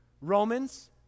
Romans